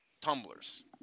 tumblers